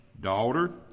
daughter